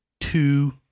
two